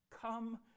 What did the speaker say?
Come